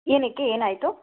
ಏನಕ್ಕೆ ಏನಾಯಿತು